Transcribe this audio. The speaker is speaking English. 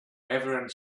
everyone